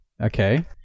Okay